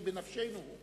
כי בנפשנו הוא.